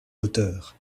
hauteur